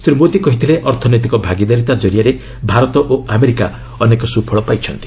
ଶ୍ରୀ ମୋଦି କହିଥିଲେ ଅର୍ଥନୈତିକ ଭାଗିଦାରୀତା ଜରିଆରେ ଭାରତ ଓ ଆମେରିକା ଅନେକ ସ୍ୱଫଳ ପାଇଛନ୍ତି